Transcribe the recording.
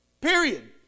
Period